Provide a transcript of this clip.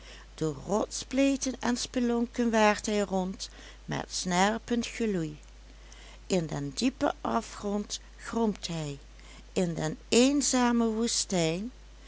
door rotsspleten en spelonken waart hij rond met snerpend geloei in den diepen afgrond gromt hij in de eenzame woestijn